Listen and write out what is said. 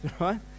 right